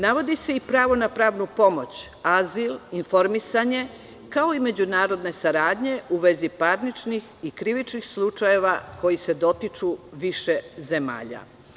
Navodi se i pravo na pravnu pomoć, azil, informisanje, kao i međunarodne saradnje u vezi parničnih i krivičnih slučajeva koji se dotiču više zemalja.